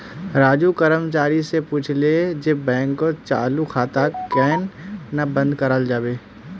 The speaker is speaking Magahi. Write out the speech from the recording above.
राजू कर्मचारी स पूछले जे बैंकत चालू खाताक केन न बंद कराल जाबे